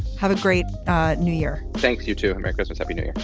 have a great new year. thanks. you, too. merry christmas. happy new year.